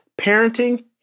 parenting